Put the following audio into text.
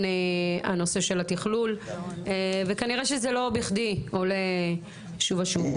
הנושא של התכלול וכנראה שזה לא בכדי עולה שוב ושוב.